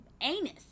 anus